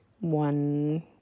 one